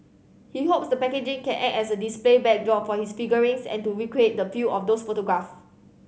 he hopes the packaging can act as a display backdrop for his figurines and to recreate the pill of those photograph